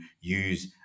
use